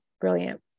brilliant